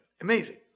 Amazing